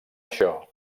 això